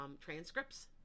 transcripts